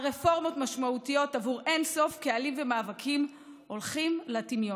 על רפורמות משמעותיות עבור אין סוף קהלים ומאבקים הולכות לטמיון.